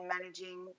managing